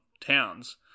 Towns